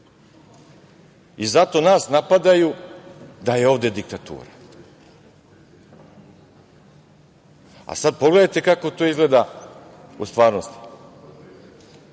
I zato nas napadaju da je ovde diktatura. Sada pogledajte kako to izgleda u stvarnosti.